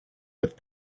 with